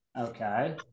okay